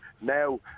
Now